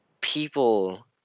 people